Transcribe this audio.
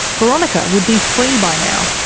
boronika would be free by now.